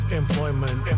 employment